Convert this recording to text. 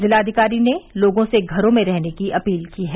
जिलाधिकारी ने लोगों से घरों में रहने की अपील की है